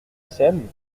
scène